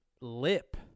lip